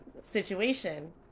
situation